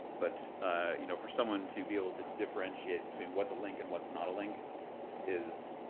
but ah you know for someone to be able to differentiate between what's a link and what's not a link is.